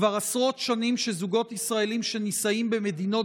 כבר עשרות שנים שזוגות ישראליים שנישאים במדינות